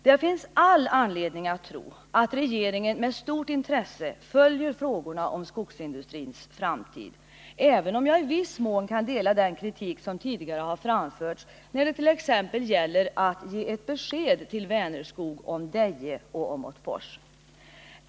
Det finns all anledning att tro att regeringen med stort intresse följer frågorna om skogsindustrins framtid. även om j viss mån kan instämma i den kritik som tidigare har framförts t.ex. när det gäller att ge Vänerskog ett besked om Deje och Åmotfors.